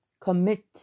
commit